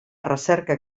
recerca